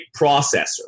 processor